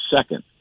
second